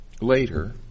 later